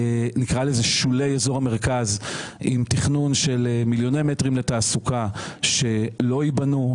נקרא לזה שולי אזור המרכז עם תכנון של מיליוני מטרים לתעסוקה שלא ייבנו,